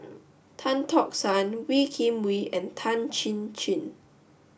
Tan Tock San Wee Kim Wee and Tan Chin Chin